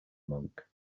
monk